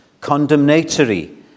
condemnatory